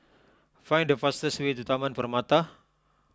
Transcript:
find the fastest way to Taman Permata